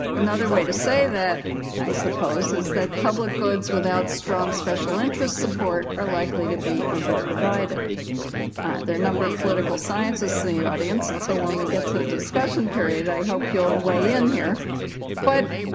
another way to say that i suppose is that public goods without strong special interest support are likely to be under provided their number of political scientists in the audience and so when we get to discussion period i hope you'll weigh in here but